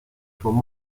from